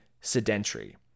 sedentary